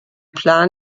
plan